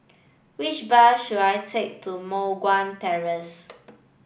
which bus should I take to Moh Guan Terrace